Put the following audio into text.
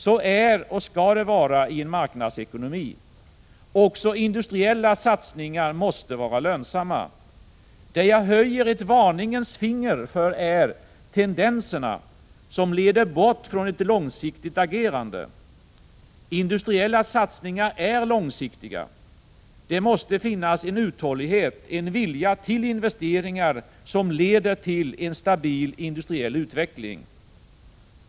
Så är det och skall det vara i en marknadsekonomi. Också industriella satsningar måste vara lönsamma. Det jag höjer ett varningens finger för är tendenserna, som leder bort från ett långsiktigt agerande. Industriella satsningar är långsiktiga. Det måste finnas en uthållighet, en vilja till investeringar, som leder till stabil industriell utveckling.